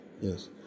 yes